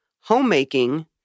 homemaking